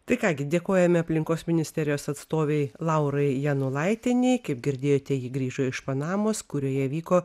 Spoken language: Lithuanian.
tai ką gi dėkojame aplinkos ministerijos atstovei laurai janulaitienė kaip girdėjote ji grįžo iš panamos kurioje vyko